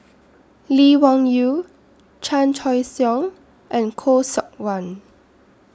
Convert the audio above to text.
Lee Wung Yew Chan Choy Siong and Khoo Seok Wan